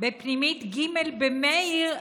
בפנימית ג' במאיר,